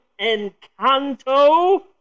Encanto